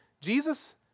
Jesus